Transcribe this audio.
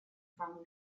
from